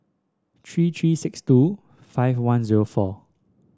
three three six two five one zero four